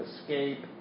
escape